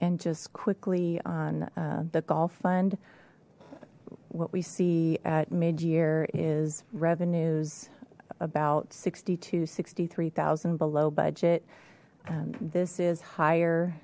and just quickly on the gulf fund what we see at mid year is revenues about sixty to sixty three thousand below budget this is higher